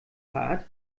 hart